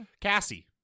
Cassie